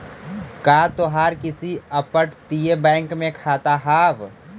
का तोहार किसी अपतटीय बैंक में खाता हाव